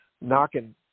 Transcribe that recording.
knocking